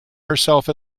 herself